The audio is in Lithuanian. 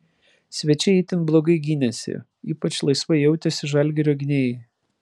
svečiai itin blogai gynėsi ypač laisvai jautėsi žalgirio gynėjai